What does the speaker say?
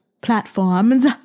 platforms